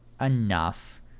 enough